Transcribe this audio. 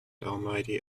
almighty